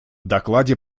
докладе